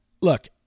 look